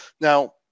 Now